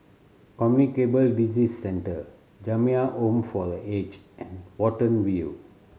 Communicable Disease Centre Jamiyah Home for The Aged and Watten View